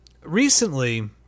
recently